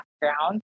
background